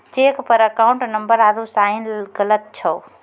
cheque पर account number आरू sign गलत छौ